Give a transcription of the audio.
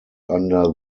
under